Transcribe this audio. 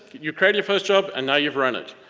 you've created your first job and now you've run it.